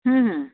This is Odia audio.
ହୁଁ